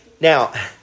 Now